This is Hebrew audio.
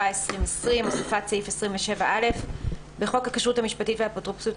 התשפ"א-2020 הוספת סעיף 27א 1.בחוק הכשרות המשפטית והאפוטרופסות,